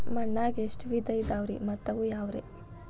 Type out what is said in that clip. ಮಣ್ಣಾಗ ಎಷ್ಟ ವಿಧ ಇದಾವ್ರಿ ಮತ್ತ ಅವು ಯಾವ್ರೇ?